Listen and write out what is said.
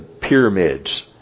pyramids